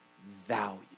value